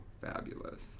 fabulous